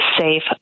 safe